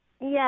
Yes